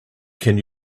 can